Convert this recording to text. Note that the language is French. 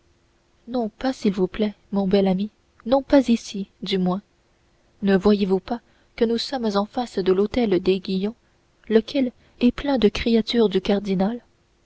non pas s'il vous plaît mon bel ami non pas ici du moins ne voyez-vous pas que nous sommes en face de l'hôtel d'aiguillon lequel est plein de créatures du cardinal